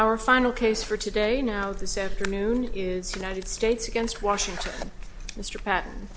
our final case for today now this afternoon is united states against washington mr patt